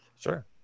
Sure